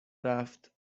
رفت